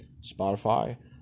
Spotify